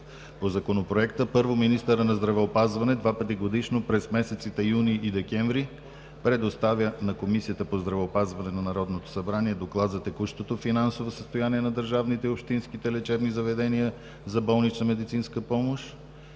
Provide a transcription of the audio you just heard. събрание РЕШИ: 1. Министърът на здравеопазването два пъти годишно – през месеците юни и декември, предоставя на Комисията по здравеопазването на Народното събрание доклад за текущото финансово състояние на държавните и общинските лечебни заведения за болнична медицинска помощ.